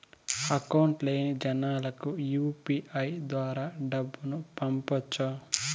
Account లేని జనాలకు UPI ద్వారా డబ్బును పంపొచ్చా?